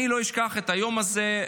אני לא אשכח את היום הזה.